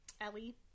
Ellie